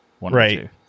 Right